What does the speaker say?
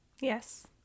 Yes